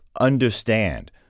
understand